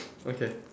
okay